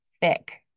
thick